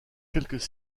quelques